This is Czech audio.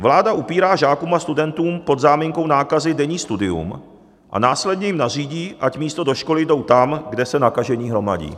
Vláda upírá žákům a studentům pod záminkou nákazy denní studium a následně jim nařídí, ať místo do školy jdou tam, kde se nakažení hromadí.